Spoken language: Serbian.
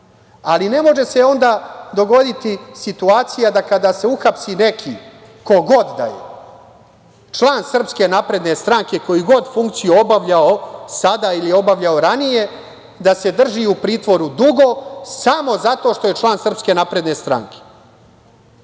ali ne može se onda dogoditi situacija da kada se uhapsi neki, ko god da je, član SNS, koju god funkciju obavljao sada ili obavljao ranije, da se drži u pritvoru dugo samo zato što je član SNS.One sudije